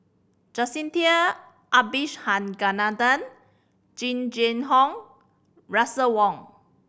Jacintha Abisheganaden Jing Jun Hong Russel Wong